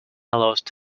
lost